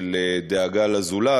של דאגה לזולת,